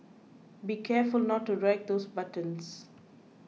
be careful not to wreck those buttons